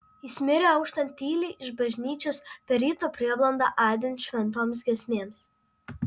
jis mirė auštant tyliai iš bažnyčios per ryto prieblandą aidint šventoms giesmėms